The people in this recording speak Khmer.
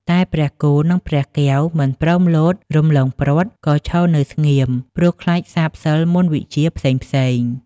តែព្រះគោ និង ព្រះកែវមិនព្រមលោតរំលងព្រ័ត្រក៏ឈរនៅស្ងៀមព្រោះខ្លាចសាបសិល្ប៍មន្ដវិជ្ជាផ្សេងៗ។